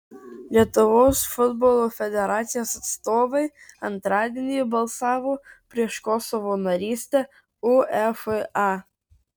lietuvos futbolo federacijos atstovai antradienį balsavo prieš kosovo narystę uefa